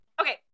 Okay